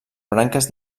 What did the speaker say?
branques